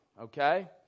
Okay